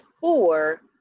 four